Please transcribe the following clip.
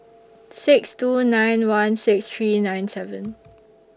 six two nine one six three nine seven